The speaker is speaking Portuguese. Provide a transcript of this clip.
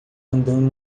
andando